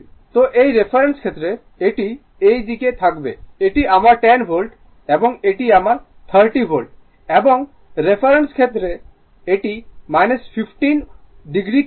তো এই রেফারেন্সের ক্ষেত্রে এটি এই দিকে থাকবে এটি আমার 10 ভোল্ট এবং এটি আমার 30o এবং রেফারেন্সের ক্ষেত্রে এটি 15 o কারেন্ট